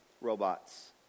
robots